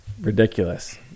Ridiculous